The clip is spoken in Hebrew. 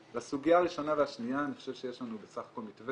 לסוגיה הראשונה והשנייה אני חושב שיש לנו בסך הכול מתווה